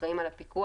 שאחראים על הפיקוח